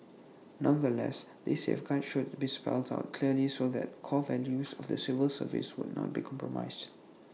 nonetheless these safeguards should be spelled out clearly so the core values of the civil service would not be compromised